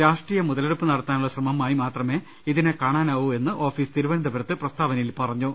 രാഷ്ട്രീയ മുതലെടുപ്പ് നടത്താനുളള ശ്രമമായി മാത്രമെ ഇതിനെ കാണാനാവൂ എന്ന് ഓഫീസ് തിരു വനന്തപുരത്ത് പ്രസ്താവനയിൽ അറിയിച്ചു